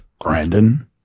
Brandon